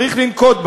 צריך לנקוט.